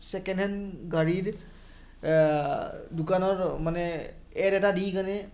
second hand গাড়ীৰ দোকানৰ মানে এড এটা দি কিনে